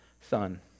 son